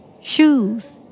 Shoes